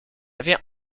avait